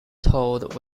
toad